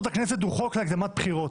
הכנסת הוא חוק להקדמת בחירות.